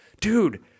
Dude